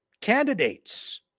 candidates